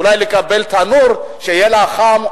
אולי לקבל תנור כדי שיהיה לה חם,